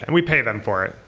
and we pay them for it.